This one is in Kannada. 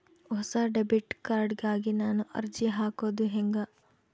ಹೊಸ ಡೆಬಿಟ್ ಕಾರ್ಡ್ ಗಾಗಿ ನಾನು ಅರ್ಜಿ ಹಾಕೊದು ಹೆಂಗ?